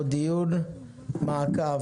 על סדר-היום: דיון מעקב,